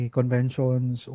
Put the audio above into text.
conventions